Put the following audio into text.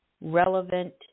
relevant